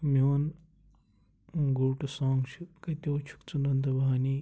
میوٗن گووٚ ٹوٚ سانٛگ چھُ کَتیٚو چھُکھ ژٕ نُندٕ بانے